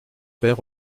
pères